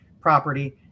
property